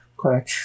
correct